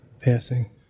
passing